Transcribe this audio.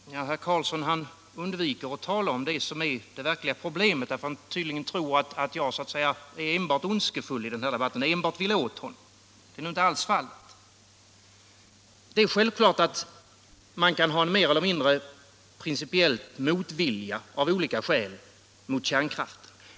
Herr talman! Herr Carlsson i Tyresö undviker att tala om det som är det verkliga problemet, därför att han tydligen tror att jag så att säga är enbart ondskefull i den här debatten och enbart vill åt honom. Det är nu inte alls fallet. Självfallet kan man hysa en mer eller mindre principiell motvilja, av olika skäl, mot kärnkraften.